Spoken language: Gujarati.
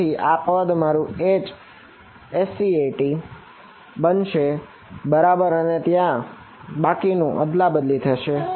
તેથી અહીં આ પદ મારુ Hscat બનશે બરાબર અને બાકીનું અદલાબદલી થશે